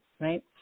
Right